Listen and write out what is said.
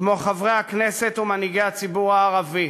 כמו חברי הכנסת ומנהיגי הציבור הערבי,